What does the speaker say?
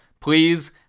please